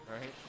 right